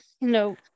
No